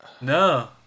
No